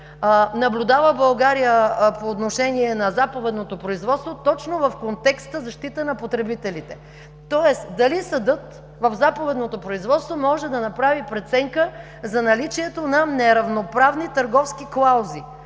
наблюдава България по отношение на заповедното производство, точно в контекста „Защита на потребителите“. Тоест дали съдът в заповедното производство може да направи преценка за наличието на неравноправни търговски клаузи,